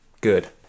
good